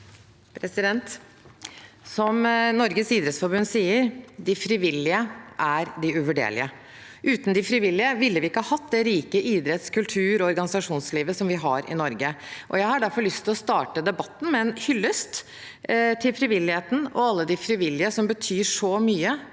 Som Norges idrettsforbund sier: «De frivillige er De uvurderlige.» Uten de frivillige ville vi ikke hatt det rike idretts-, kultur- og organisasjonslivet som vi har i Norge. Jeg har derfor lyst til å starte debatten med en hyllest til frivilligheten og alle de frivillige, som betyr så mye